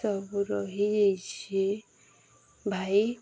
ସବୁ ରହିଯାଇଛି ଭାଇ